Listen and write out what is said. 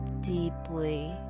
deeply